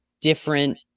different